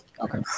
Okay